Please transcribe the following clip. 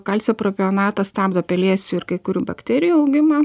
kalcio propionatas stabdo pelėsių ir kai kurių bakterijų augimą